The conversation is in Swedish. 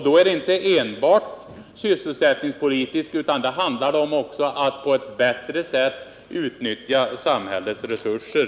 Då är den inte enbart sysselsättningspolitisk utan då handlar den även om att på ett bättre sätt utnyttja samhällets resurser.